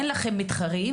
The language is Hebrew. אין לכם מתחרים,